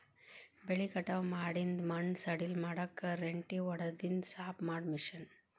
ಬೆಳಿ ಕಟಾವ ಮಾಡಿಂದ ಮಣ್ಣ ಸಡಿಲ ಮಾಡಾಕ ರೆಂಟಿ ಹೊಡದಿಂದ ಸಾಪ ಮಾಡು ಮಿಷನ್